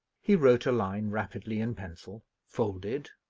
he wrote a line rapidly in pencil, folded,